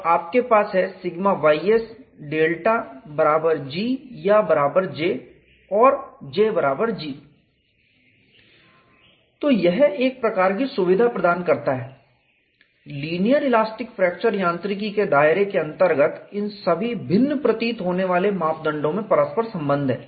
और आपके पास है σys डेल्टा बराबर G या बराबर J और J बराबर G तो यह एक प्रकार की सुविधा प्रदान करता है कि लीनियर इलास्टिक फ्रैक्चर यांत्रिकी के दायरे के अंतर्गत इन सभी भिन्न प्रतीत होने वाले मापदंडों में परस्पर संबंध है